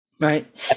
Right